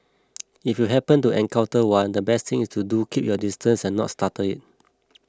if you happen to encounter one the best thing to do is to keep your distance and not startle it